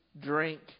drink